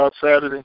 Saturday